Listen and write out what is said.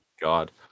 God